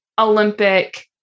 Olympic